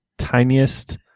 tiniest